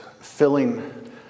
filling